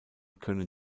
können